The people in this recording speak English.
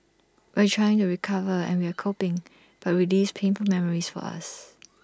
we're trying to recover and we're coping but relives painful memories for us